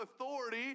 authority